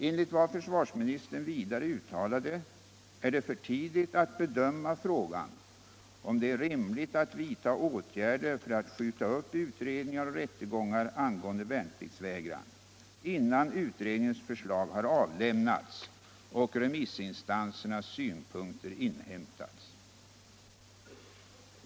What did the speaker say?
Enligt vad försvarsministern vidare uttalade är det för tidigt att bedöma frågan om det är rimligt att vidta åtgärder för att skjuta upp utredningar och rättegångar angående värnpliktsvägran, innan utredningens förslag har avlämnats och remissinstansernas synpunkter inhämtats.